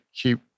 keep